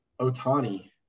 Otani